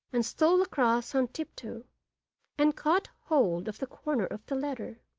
and stole across on tip-toe and caught hold of the corner of the letter.